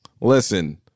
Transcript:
listen